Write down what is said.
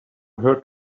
her